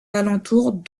alentours